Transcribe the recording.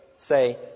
Say